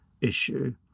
issue